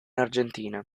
argentina